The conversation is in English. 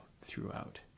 throughout